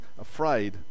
afraid